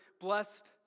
blessed